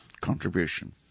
contribution